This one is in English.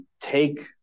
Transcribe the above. take